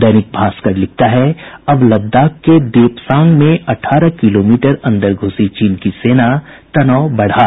दैनिक भास्कर लिखता है अब लद्दाख के देपसांग में अठारह किलोमीटर अन्दर घूसी चीन की सेना तनाव बढ़ा